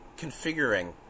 configuring